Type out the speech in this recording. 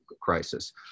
crisis